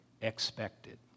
expected